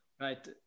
right